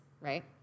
right